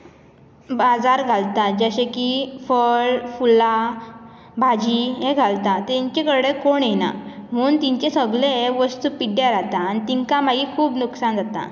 बाजार घालता जशें की फळ फुलां भाजी हें घालता तेंचे कडे कोण येना म्हूण तेंचे हे सगळे वस्तू पिड्यार जाता आनी तिंकां मागीर खूब लूकसान जाता